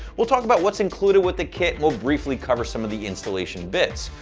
we'll talk about what's included with the kit. we'll briefly cover some of the installation bits.